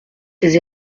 ses